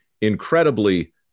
incredibly